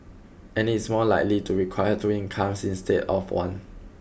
and it's more likely to require two incomes instead of one